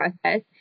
process